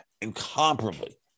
Incomparably